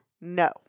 No